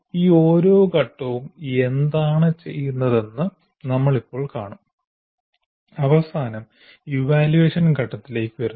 ഈ ഓരോ ഘട്ടവും എന്താണ് ചെയ്യുന്നതെന്ന് നമ്മൾ ഇപ്പോൾ കാണും അവസാനം ഇവാല്യുവേഷൻ ഘട്ടത്തിലേക്കു വരുന്നു